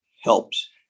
helps